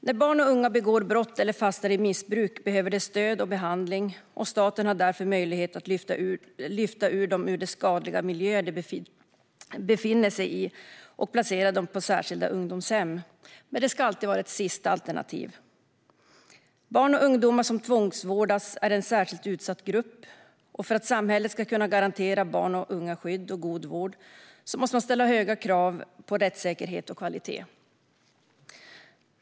När barn och unga begår brott eller fastnar i missbruk behöver de stöd och behandling, och staten har därför möjlighet att lyfta ut dem ur de skadliga miljöer de befinner sig i och placera dem på särskilda ungdomshem. Detta ska dock alltid vara ett sista alternativ. Barn och ungdomar som tvångsvårdas är en särskilt utsatt grupp. För att samhället ska kunna garantera barn och unga skydd och god vård måste man ställa höga krav på rättssäkerhet och kvalitet.